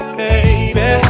baby